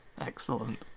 excellent